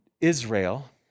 Israel